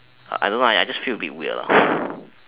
I I don't know I just feel a bit weird lah